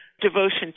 devotion